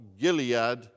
Gilead